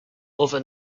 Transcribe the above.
other